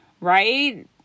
right